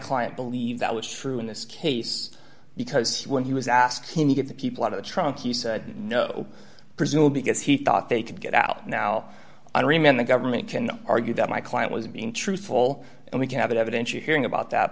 client believed that was true in this case because when he was asking to get the people out of the trunk he said no presumably because he thought they could get out now and remain the government can argue that my client was being truthful and we can have evidence you hearing about that